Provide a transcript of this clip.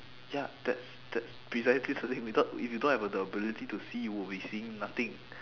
ya that's that's precisely the thing without if we don't have a the ability to see we will be seeing nothing